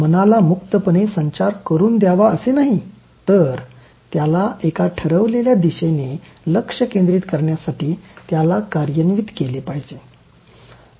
मनाला मुक्तपणे संचार करून द्यावा असे नाही तर त्याला एका ठरवलेल्या दिशेने लक्ष केंद्रित करण्यासाठी त्याला कार्यन्वित केले पाहिजे